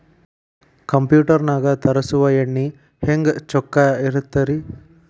Computer ನಾಗ ತರುಸುವ ಎಣ್ಣಿ ಹೆಂಗ್ ಚೊಕ್ಕ ಇರತ್ತ ರಿ?